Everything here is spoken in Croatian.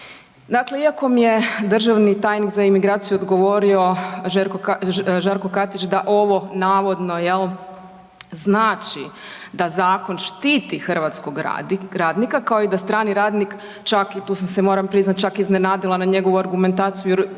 Dakle iako mi je državni tajnik za imigraciju odgovorio, Žarko Katić da ovo navodno jel', znači da zakon štiti hrvatskog radnika kao i da strani radnik čak i tu sam se moram priznat čak iznenadila na njegovu argumentaciju